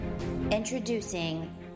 Introducing